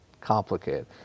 complicated